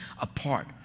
Apart